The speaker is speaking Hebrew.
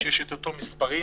כשיש את אותם מספרים,